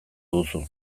duzu